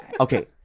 Okay